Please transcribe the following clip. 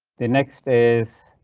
the next is.